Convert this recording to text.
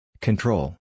Control